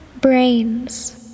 brains